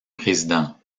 président